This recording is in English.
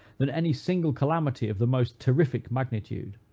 than any single calamity of the most terrific magnitude.